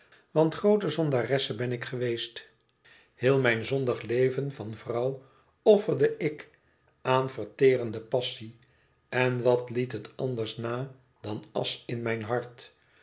want groote zondaresse ben ik geweest heel mijn zondig leven van vrouw offerde ik aan verterende passie en wat liet het anders na dan asch in mijn hart